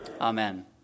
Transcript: Amen